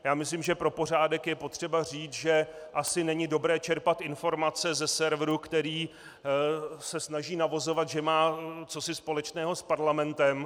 Já myslím, že pro pořádek je třeba říct, že asi není dobré čerpat informace ze serveru, který se snaží navozovat, že má cosi společného s parlamentem.